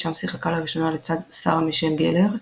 שם שיחקה לראשונה לצד שרה מישל גלר,